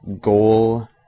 goal